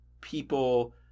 people